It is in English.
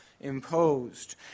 imposed